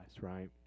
right